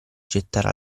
gettare